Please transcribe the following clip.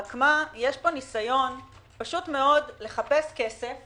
רק יש פה ניסיון לחפש כסף